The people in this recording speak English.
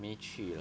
没趣了